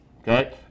Okay